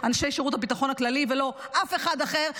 אנשי שירות הביטחון הכללי ולא אף אחד אחר.